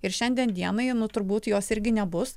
ir šiandien dienai nu turbūt jos irgi nebus